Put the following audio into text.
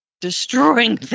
destroying